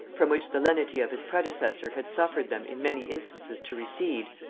from which the lenity of his predecessor had suffered them in many instances to recede,